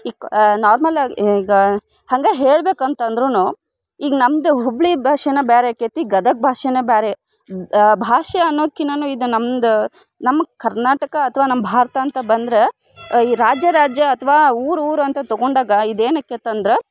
ಇಕ್ normal ಆಗಿ ಈಗ ಹಂಗೆ ಹೇಳ್ಬೇಕು ಅಂತ ಅಂದ್ರೂ ಈಗ ನಮ್ಮದೇ ಹುಬ್ಬಳಿ ಭಾಷೆನ ಬೇರೆ ಆಕ್ಕೈತಿ ಗದಗ ಭಾಷೆನೆ ಬೇರೆ ಭಾಷೆ ಅನ್ನೋದ್ಕಿಂತಲೂ ಇದು ನಮ್ದು ನಮ್ಮ ಕರ್ನಾಟಕ ಅಥ್ವಾ ನಮ್ಮ ಭಾರತ ಅಂತ ಬಂದ್ರೆ ಈ ರಾಜ್ಯ ರಾಜ್ಯ ಅಥ್ವಾ ಊರು ಊರು ಅಂತ ತಗೊಂಡಾಗ ಇದು ಏನಾಕ್ಕೇತಿ ಅಂದ್ರೆ